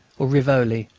or rivoli,